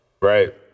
Right